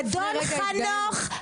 אדון חנוך,